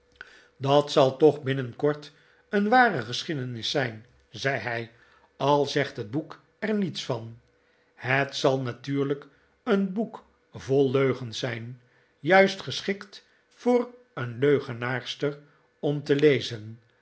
dat zal toch binnenkort een ware geschiedenis zijn zei hij al zegt het boek er niets van het zal natuurlijk een boek vol leugens zijn juist geschikt voor een leugenaarster om te lezen